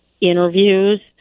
interviews